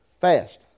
Fast